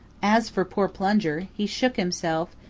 as for poor plunger, he shook himself,